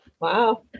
Wow